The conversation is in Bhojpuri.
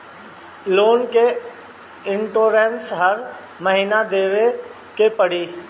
लोन के इन्टरेस्ट हर महीना देवे के पड़ी?